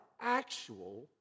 actual